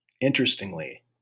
Interestingly